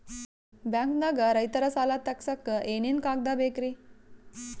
ಬ್ಯಾಂಕ್ದಾಗ ರೈತರ ಸಾಲ ತಗ್ಸಕ್ಕೆ ಏನೇನ್ ಕಾಗ್ದ ಬೇಕ್ರಿ?